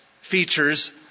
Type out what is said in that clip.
features